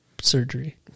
surgery